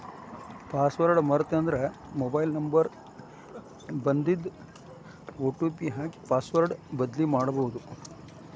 password ಮರೇತಂದ್ರ mobile number ಗ ಬನ್ದಿದ್ ಒ.ಟಿ.ಪಿ ಹಾಕಿ ಪಾಸ್ವರ್ಡ್ ಬದ್ಲಿಮಾಡ್ಬೊದು